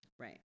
right